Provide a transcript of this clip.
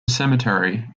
cemetery